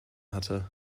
hatte